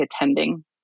attending